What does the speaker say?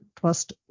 trust